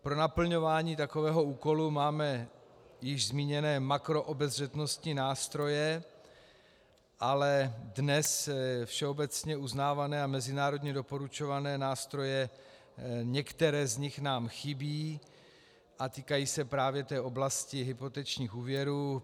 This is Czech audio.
Pro naplňování takového úkolu máme již zmíněné makroobezřetnostní nástroje, ale dnes všeobecně uznávané a mezinárodně doporučované nástroje, některé z nich nám chybí a týkají se právě té oblasti hypotečních úvěrů.